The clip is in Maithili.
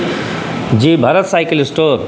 ji Bharat cycle store